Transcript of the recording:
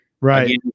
Right